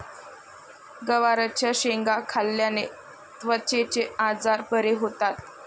गवारच्या शेंगा खाल्ल्याने त्वचेचे आजार बरे होतात